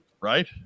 Right